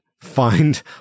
find